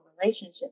relationship